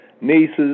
Nieces